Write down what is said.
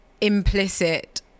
implicit